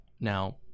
Now